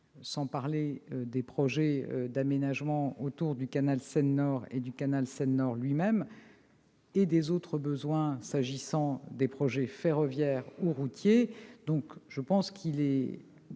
sans parler des projets d'aménagement autour du canal Seine-Nord et du canal Seine-Nord lui-même et des autres besoins afférents aux projets ferroviaires ou routiers. À regarder le